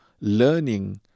learning